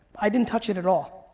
i didn't touch it at all.